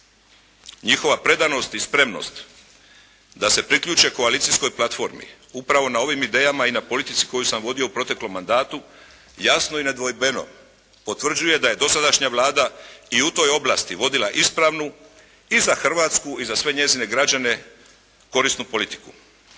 Njihova predanost i spremnost da se priključe koalicijskoj platformi upravo na ovim idejama i na politici koju sam vodio u proteklom mandatu jasno i nedvojbeno potvrđuje da je dosadašnja Vlada i u toj oblasti vodila ispravnu i za Hrvatsku i za sve njezine građane korisnu politiku.